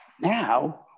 Now